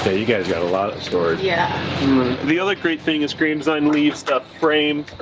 you guys got a lot of stories. yeah the other great thing is screams and leaves stuff frame